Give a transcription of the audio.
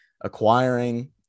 acquiring